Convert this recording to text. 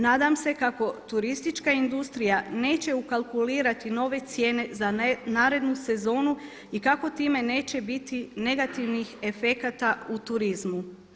Nadam se kako turistička industrija neće ukalkulirati nove cijene za narednu sezonu i kako time neće biti negativnih efekata u turizmu.